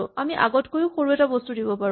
আমি আগতকৈ সৰু এটা বস্তু দিব পাৰোঁ